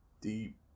deep